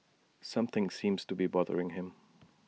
something seems to be bothering him